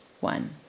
one